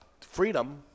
freedom